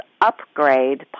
upgrade